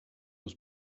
was